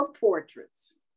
portraits